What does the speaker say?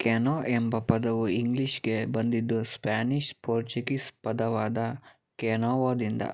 Kano ಎಂಬ ಪದವು ಇಂಗ್ಲಿಷ್ಗೆ ಬಂದಿದ್ದು ಸ್ಪ್ಯಾನಿಷ್ ಪೋರ್ಚುಗೀಸ್ ಪದವಾದ ಕ್ಯಾನೊವೊದಿಂದ